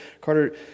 Carter